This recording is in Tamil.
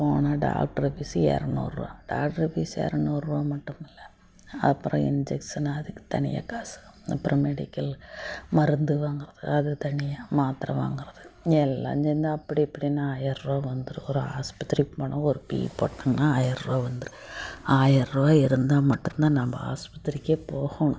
போனால் டாக்ட்ரு ஃபீஸு இரநூறுவா டாக்ட்ரு ஃபீஸு இரநூறுவா மட்டும் இல்லை அப்புறம் இன்ஜெக்சன் அதுக்கு தனியாக காசு அப்புறம் மெடிக்கல் மருந்து வாங்குறது அது தனியாக மாத்தரை வாங்குறது எல்லாம் சேர்ந்து அப்படி இப்படின்னு ஆயர்ரூவா வந்துவிடும் ஒரு ஹாஸ்பத்திரிக்கு போனா ஒரு டீ போட்டனோம் ஆயர்ரூவா வந்துவிடும் ஆயர்ரூவா இருந்தா மட்டும்தான் நம்ம ஹாஸ்பத்திரிக்கே போகணும்